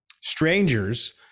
strangers